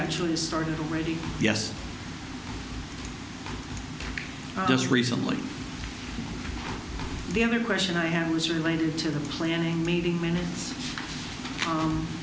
actually started already yes just recently the other question i had was related to the planning meeting minutes